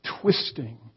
twisting